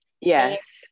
Yes